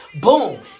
boom